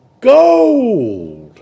Gold